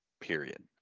period